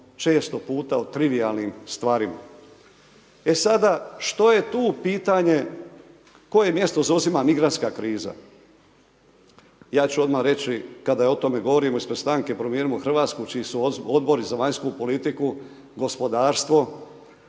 često puta o trivijalnim stvarima. E sada što je tu pitanje, koje mjesto zauzima migrantska kriza? Ja ću odmah reći kada o tome govorimo ispred stranke Promijenimo Hrvatsku čiji su odbori za vanjsku politiku, gospodarstvo